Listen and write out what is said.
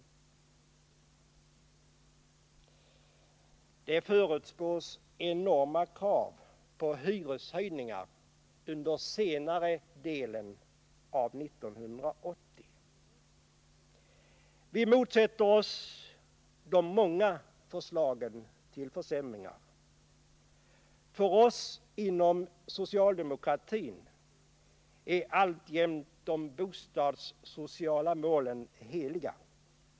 Det förutspås enorma krav på hyreshöjningar under senare delen av 1980. Vi motsätter oss de många förslagen till försämringar. För oss inom socialdemokratin är alltjämt de bostadssociala målen heliga.